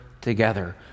together